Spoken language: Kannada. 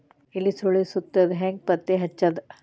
ಎಲಿ ಸುರಳಿ ಸುತ್ತಿದ್ ಹೆಂಗ್ ಪತ್ತೆ ಹಚ್ಚದ?